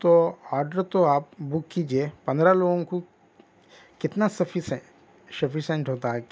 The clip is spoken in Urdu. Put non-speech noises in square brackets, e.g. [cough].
تو آرڈر تو آپ بُک کیجئے پندرہ لوگوں کو کتنا [unintelligible] ہے شفیسنٹ ہوتا ہے کہ